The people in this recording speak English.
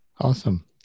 Awesome